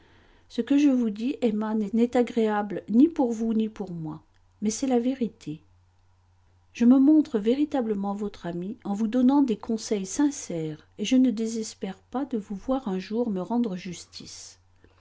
ce que je vous dis emma n'est agréable ni pour vous ni pour moi mais c'est la vérité je me montre véritablement votre ami en vous donnant des conseils sincères et je ne désespère pas de vous voir un jour me rendre justice